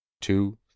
two